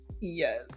Yes